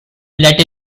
let